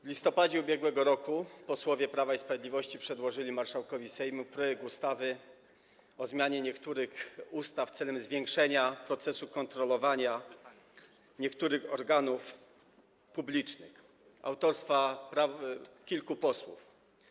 W listopadzie ub.r. posłowie Prawa i Sprawiedliwości przedłożyli marszałkowi Sejmu projekt ustawy o zmianie niektórych ustaw celem zwiększenia procesu kontrolowania niektórych organów publicznych, projekt autorstwa kilku posłów.